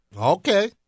Okay